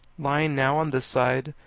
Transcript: lying now on this side,